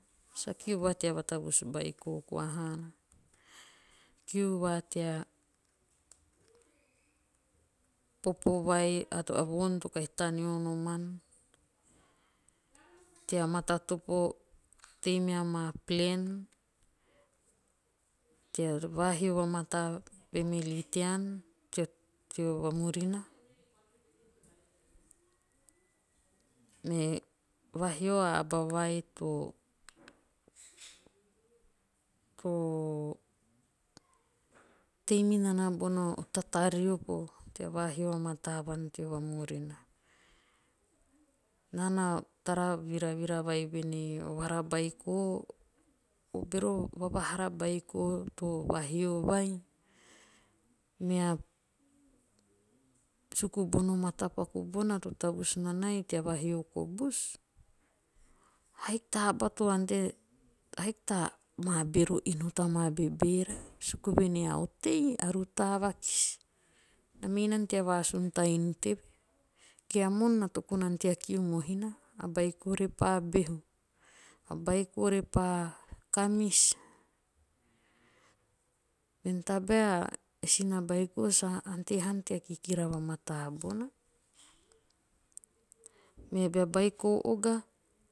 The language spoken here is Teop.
Sa kiu va tea vatavus beiko koa haana. a kiu va tea popo vai a voon to kahi taneou noman. tea matatopo. tei mea maa'plan'tea vaa hio vamataa a'family'tean teo vamurina. Me vahio a aba vai to tei minana bono tatariopo tea vaahio vamataa vuan teo vamurina. Naa na tara viravira vai voen ei o bero vavahara to vahio vai. me suku bono matapaku vai. to tavus nanai tea vahio kobus. haiki to aba to ante haiki ta maa bero inu ta maa babeera suku voen ei a otei a rutaa vakisi. Na mei nana tea kiu mohina. a beiko repa behu sa ante haana tea kikira va mataa bona. Me bea beiko oga